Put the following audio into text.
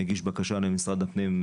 הגיש בקשה למשרד הפנים,